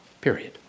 period